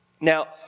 Now